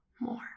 more